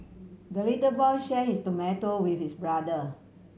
the little boy share his tomato with his brother